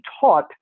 taught